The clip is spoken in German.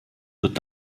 wird